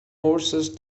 horses